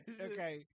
Okay